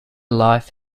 life